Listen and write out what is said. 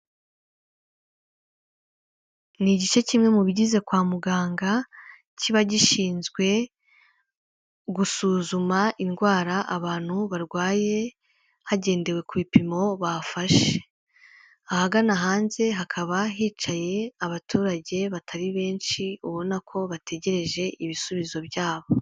Ni igice kimwe mu bigize kwa muganga, kiba gishinzwe gusuzuma indwara abantu barwaye, hagendewe ku bipimo bafashe. Ahagana hanze hakaba hicaye abaturage batari benshi, ubona ko bategereje ibisubizo byabo.